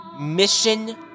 ...Mission